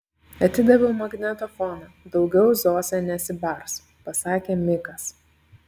atidaviau magnetofoną daugiau zosė nesibars pasakė mikas